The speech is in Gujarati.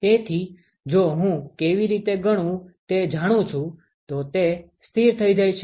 તેથી જો હું કેવી રીતે ગણવું તે જાણું છુ તો તે થઇ જાય છે